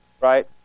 right